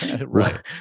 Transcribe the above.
Right